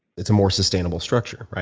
it's a more sustainable structure.